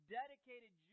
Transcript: dedicated